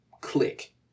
click